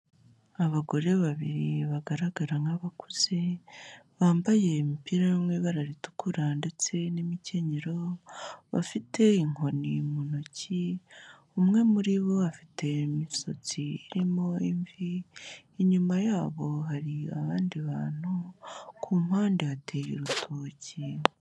Abagore babiri bagaragara nk'abakuze, bambaye imipira yo mu ibara ritukura ndetse n'imikenyero, bafite inkoni mu ntoki umwe muri bo afite imisatsi irimo imvi, inyuma yabo hari abandi bantu, ku mpande hateye urutoki.